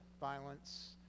violence